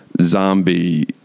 zombie